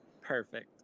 Perfect